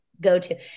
go-to